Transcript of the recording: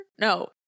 No